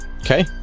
okay